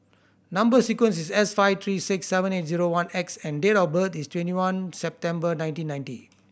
number sequence is S five three six seven eight zero one X and date of birth is twenty one September nineteen ninety